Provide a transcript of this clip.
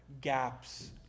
gaps